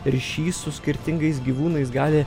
ryšys su skirtingais gyvūnais gali